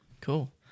cool